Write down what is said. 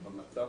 במצב